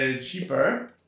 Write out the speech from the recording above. cheaper